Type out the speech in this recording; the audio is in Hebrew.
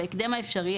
בהקדם האפשרי,